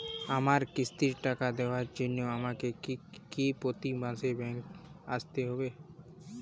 আমার কিস্তির টাকা দেওয়ার জন্য আমাকে কি প্রতি মাসে ব্যাংক আসতে হব?